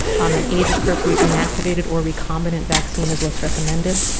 and age appropriate inactivated or recombinant vaccine is what's recommended.